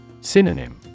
Synonym